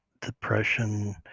depression